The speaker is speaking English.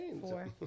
four